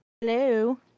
hello